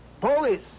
Police